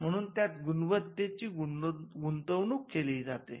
म्हणून त्यात गुणवत्तेची गुंतवणूक केली जाते